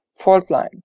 Faultline